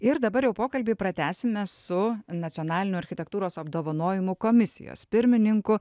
ir dabar jau pokalbį pratęsime su nacionalinio architektūros apdovanojimų komisijos pirmininku